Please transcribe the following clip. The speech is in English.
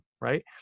right